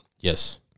Yes